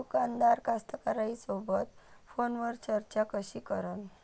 दुकानदार कास्तकाराइसोबत फोनवर चर्चा कशी करन?